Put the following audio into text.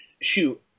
shoot